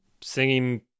singing